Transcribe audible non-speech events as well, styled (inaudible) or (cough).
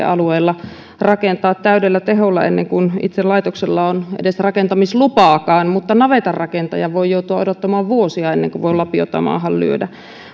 (unintelligible) alueella rakentaa täydellä teholla ennen kuin itse laitoksella on edes rakentamislupaakaan mutta navetan rakentaja voi joutua odottamaan vuosia ennen kuin voi lapiota maahan lyödä